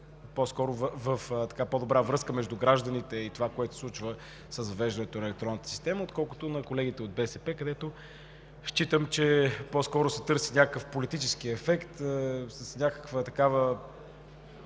по-скоро в по-добра връзка между гражданите и това, което се случва с въвеждането на електронната система, отколкото на колегите от БСП, където считам, че се търси политически ефект с някакво